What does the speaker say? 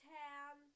town